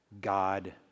God